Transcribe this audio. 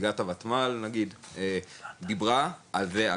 נגיד נציגת הוותמ"ל דיברה פה על זה ועל